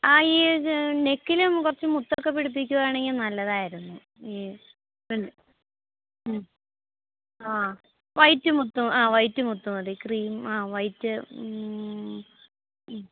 ആ ഈ നെക്കിലും കുറച്ചു മുത്തൊക്കെ പിടിപ്പിക്കുകയാണെങ്കിൽ നല്ലതായിരുന്നു ഹമ് ഹമ് ഹമ് ആ വൈറ്റ് മുത്ത് ആ വൈറ്റ് മുത്ത് മതി ക്രീം ആ വൈറ്റ് മുത്ത് ഹമ്